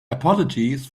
apologies